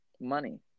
Money